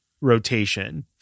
rotation